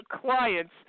clients